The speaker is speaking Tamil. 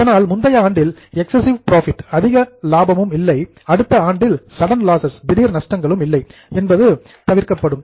இதனால் முந்தைய ஆண்டில் எக்ஸஸ்சிவ் புரோஃபிட் அதிக லாபமும் இல்லை அடுத்த ஆண்டில் சடன் லாஸஸ் திடீர் நஷ்டங்களும் இல்லை என்பது அவோய்டெட் தவிர்க்கப்படும்